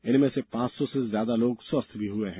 इनमें से पांच सौ से ज्यादा लोग स्वस्थ भी हुए हैं